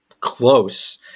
close